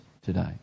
today